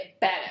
better